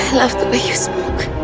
the way you smoke.